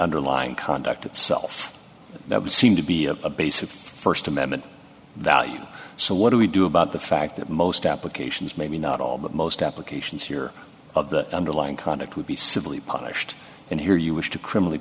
underlying conduct itself that would seem to be a basic st amendment that you so what do we do about the fact that most applications maybe not all but most applications here of the underlying conduct would be civilly punished and here you wish to criminally